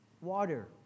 water